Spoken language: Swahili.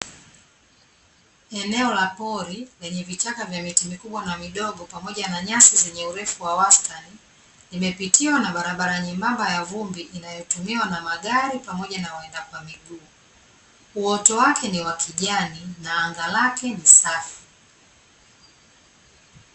Eneo la pori lenye vichaka vya miti mikubwa na midogo pamoja na nyasi zenye urefu wa wastani, limepitiwa na barabara nyembamba ya vumbi inayotumiwa na magari pamoja na waenda kwa miguu, uoto wake ni wa kijani na anga lake ni safi.